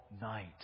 night